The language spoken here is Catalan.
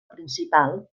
principal